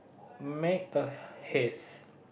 make a haste